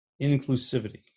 inclusivity